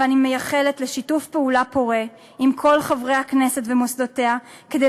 ואני מייחלת לשיתוף פעולה פורה עם כל חברי הכנסת ומוסדותיה כדי